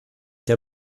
der